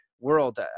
world